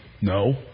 no